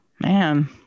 Man